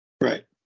Right